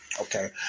Okay